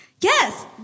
Yes